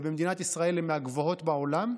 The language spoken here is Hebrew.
הן מהגבוהות בעולם.